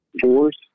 force